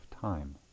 time